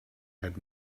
had